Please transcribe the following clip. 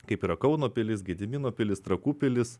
kaip yra kauno pilis gedimino pilis trakų pilis